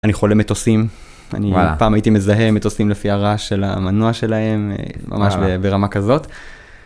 אני חולה מטוסים, וואלה, אני פעם הייתי מזהה מטוסים לפי הרעש של המנוע שלהם, ממש ברמה כזאת.